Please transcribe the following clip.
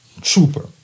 trooper